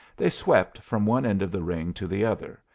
they swept from one end of the ring to the other,